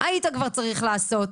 היית כבר צריך לעשות.